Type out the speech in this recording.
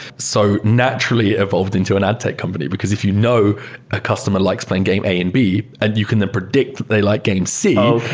so evolved into an ad tech company, because if you know a customer likes playing game a and b and you can then predict they like game c,